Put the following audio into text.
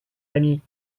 ami